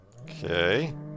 Okay